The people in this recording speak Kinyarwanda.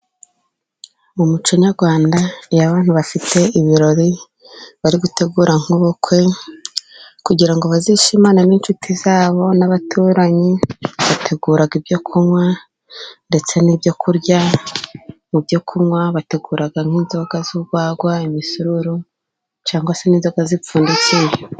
Mu muco nyarwanda iyo abantu bafite ibirori, bari gutegura nk'ubukwe kugira ngo bazishimane n'inshuti zabo n'abaturanyi, bategura ibyo kunywa ndetse n'ibyo kurya, mu byo kunywa bategura nk'inzoga z'urwagwa, imisoruru cyangwa se ninzoga zipfundikiye.